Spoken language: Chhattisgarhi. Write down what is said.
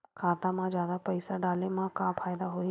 खाता मा जादा पईसा डाले मा का फ़ायदा होही?